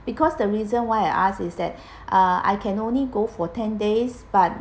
because the reason why I asked is that uh I can only go for ten days but